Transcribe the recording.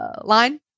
line